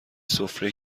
سفره